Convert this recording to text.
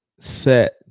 set